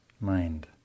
mind